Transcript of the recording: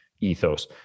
ethos